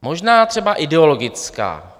Možná třeba ideologická.